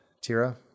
Tira